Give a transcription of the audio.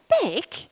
big